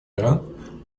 иран